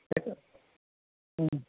एतत्